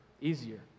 easier